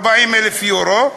40,000 יורו,